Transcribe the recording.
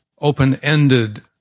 open-ended